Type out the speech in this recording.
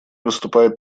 выступает